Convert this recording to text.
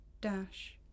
dash